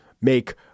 make